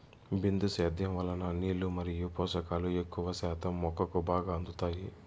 బిందు సేద్యం వలన నీళ్ళు మరియు పోషకాలు ఎక్కువ శాతం మొక్కకు బాగా అందుతాయి